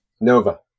NOVA